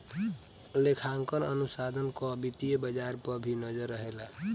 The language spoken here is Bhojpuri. लेखांकन अनुसंधान कअ वित्तीय बाजार पअ भी नजर रहेला